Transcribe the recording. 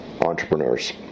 entrepreneurs